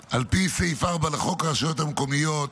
על פי סעיף 4 לחוק הרשויות המקומיות